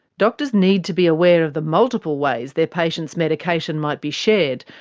doctors need to be aware of the multiple ways their patients' medication might be shared,